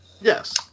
Yes